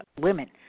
women